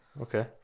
okay